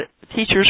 Teachers